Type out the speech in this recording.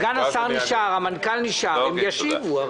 סגן השר נשאר, המנכ"ל נשאר - הם ישיבו.